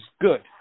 good